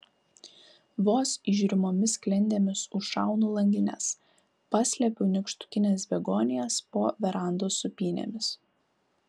vos įžiūrimomis sklendėmis užšaunu langines paslepiu nykštukines begonijas po verandos sūpynėmis